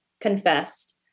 confessed